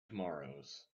tomorrows